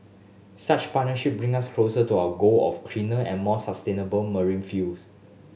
such partnership bring us closer to our goal of cleaner and more sustainable marine fuels